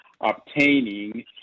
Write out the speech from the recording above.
obtaining